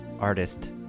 artist